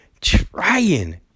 trying